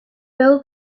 bill